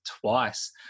twice